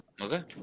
Okay